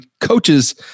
coaches